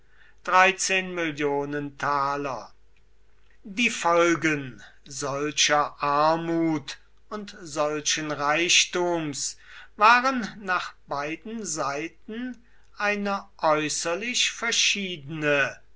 die folgen solcher armut und solchen reichtums waren nach beiden seiten eine äußerlich verschiedene